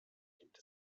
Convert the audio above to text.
gibt